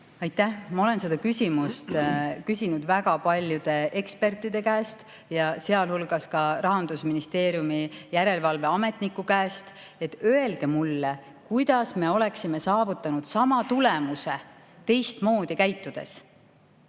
Aitäh! Ma olen seda küsinud väga paljude ekspertide käest, sealhulgas Rahandusministeeriumi järelevalveametniku käest: öelge mulle, kuidas me oleksime saavutanud sama tulemuse teistmoodi käitudes.